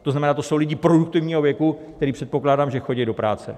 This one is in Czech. To znamená, to jsou lidé produktivního věku, kteří, předpokládám, že chodí do práce.